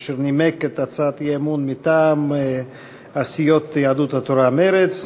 אשר נימק את הצעת האי-אמון מטעם הסיעות יהדות התורה ומרצ.